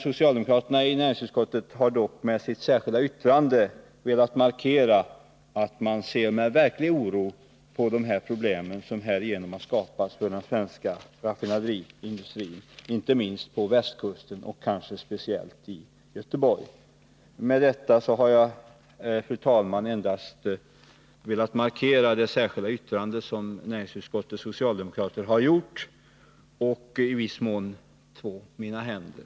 Socialdemokraterna i näringsutskottet har dock med sitt särskilda yttrande velat markera att man ser med verklig oro på de problem som härigenom har skapats för den svenska raffinaderiindustrin, inte minst på västkusten och kanske speciellt i Göteborg. Med detta, fru talman, har jag endast velat understryka det särskilda yttrande som näringsutskottets socialdemokrater har gjort och i viss mån två mina händer.